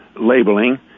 labeling